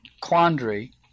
quandary